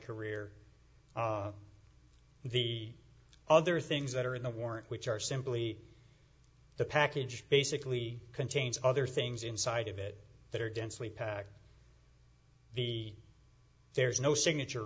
career the other things that are in a war which are simply the package basically contains other things inside of it that are densely packed the there is no signature